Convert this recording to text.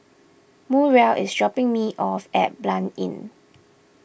Muriel is dropping me off at Blanc Inn